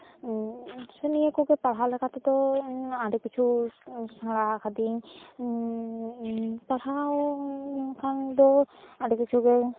ᱱᱤᱭᱟᱹ ᱠᱚᱜᱮ ᱯᱟᱧᱦᱟᱣ ᱞᱮᱠᱟᱛᱮᱫᱚ ᱟᱹᱰᱤ ᱠᱤᱪᱷᱩ ᱥᱮᱬᱟ ᱠᱟᱫᱤᱧ ᱯᱟᱲᱦᱟᱣ ᱞᱮᱠᱷᱟᱱ ᱫᱚ ᱟᱹᱰᱤ ᱠᱤᱪᱷᱩ ᱜᱮ